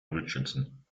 richardson